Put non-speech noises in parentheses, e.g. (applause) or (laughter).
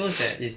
(noise)